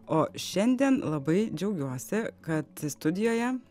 o šiandien labai džiaugiuosi kad studijoje